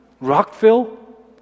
Rockville